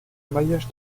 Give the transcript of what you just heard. maillage